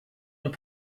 und